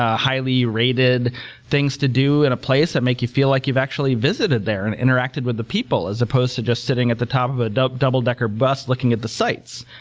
ah highly rated things to do in a place that make you feel like you've actually visited there and interacted with the people as supposed to just sitting at the top of and a double-decker bus looking at the sites.